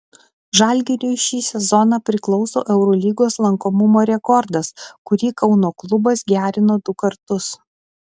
žalgiriui šį sezoną priklauso eurolygos lankomumo rekordas kurį kauno klubas gerino du kartus